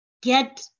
get